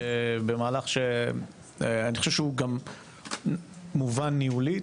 במהלך שאני חושב שהוא גם מובן ניהולית,